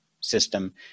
system